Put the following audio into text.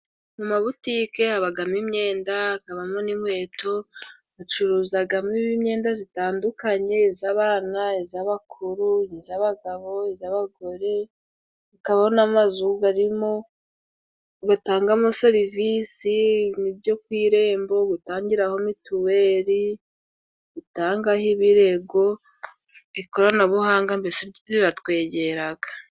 Mu mabutike habamo imyenda, hakabamo n'inkweto bacuruzamo imyenda itandukanye iy'abana, iy'abakuru, iy'abagabo, iy'abagore. Hakaba n'amazu arimo bagatangamo serivisi byo ku irembo butangiraho mituweli, butangaho ibirego, ikoranabuhanga mbese riratwegera.